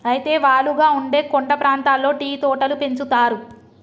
అయితే వాలుగా ఉండే కొండ ప్రాంతాల్లో టీ తోటలు పెంచుతారు